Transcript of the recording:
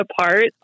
apart